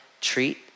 Treat